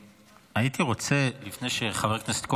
הייתי רוצה, לפני, חבר הכנסת כהן,